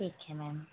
ठीक है मैम